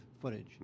footage